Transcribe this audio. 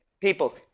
People